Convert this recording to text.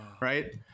Right